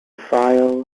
file